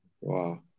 Wow